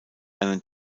einen